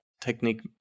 technique